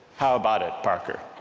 how about it parker?